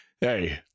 hey